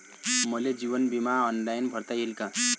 मले जीवन बिमा ऑनलाईन भरता येईन का?